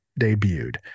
debuted